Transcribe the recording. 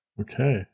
Okay